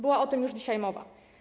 Była o tym już dzisiaj mowa.